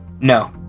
No